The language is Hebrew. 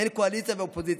אין קואליציה ואופוזיציה.